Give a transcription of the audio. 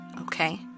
okay